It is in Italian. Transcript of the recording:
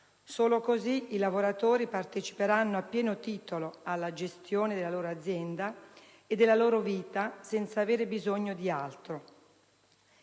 Solo così i lavoratori parteciperanno, a pieno titolo, alla gestione della loro azienda e della loro vita senza avere bisogno di altro.